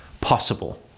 Possible